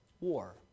war